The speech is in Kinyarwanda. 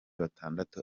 batandatu